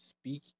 speak